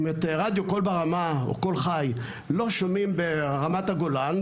אם את רדיו קול ברמה או קול חי לא שומעים ברמת הגולן,